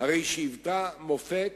היתה מופת